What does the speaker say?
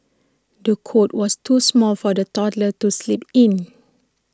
the cot was too small for the toddler to sleep in